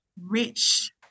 rich